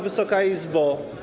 Wysoka Izbo!